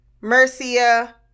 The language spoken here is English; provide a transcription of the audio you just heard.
Mercia